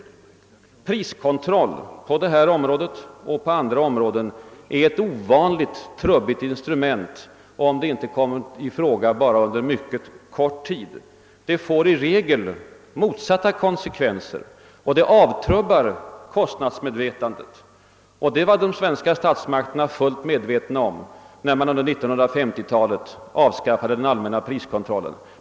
Priskontroll på detta område — och på andra områden — är ett ovanligt trubbigt instrument, om den inte kommer i fråga bara under mycket kort tid. Den avtrubbar kostnadsmedvetandet och får i regel motsatta konsekvenser. Detta hade de svenska statsmakterna fullt klart för sig när de under 1950 talet avskaffade den allmänna priskontrollen.